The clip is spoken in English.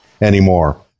anymore